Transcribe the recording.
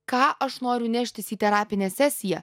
ką aš noriu neštis į terapinę sesiją